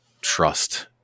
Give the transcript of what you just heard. trust